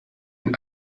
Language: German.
den